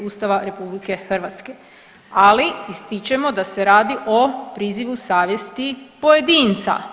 Ustava RH, ali ističemo da se radi o prizivu savjesti pojedinca.